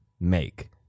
make